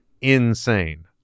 insane